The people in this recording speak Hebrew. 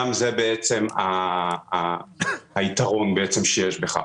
גם זה היתרון שיש בכך.